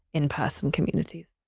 in-person communities,